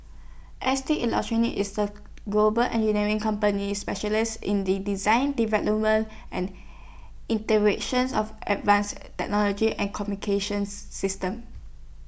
S T electronics is A global engineering company specialise in the design development and inter visions of advanced technology and communications system